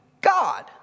God